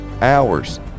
hours